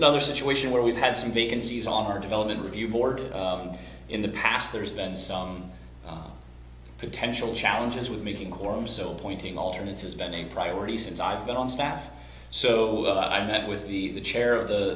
another situation where we've had some vacancies on our development review board in the past there's been some potential challenges with making a quorum so pointing alternates has been a priority since i've been on staff so i've met with the the chair of the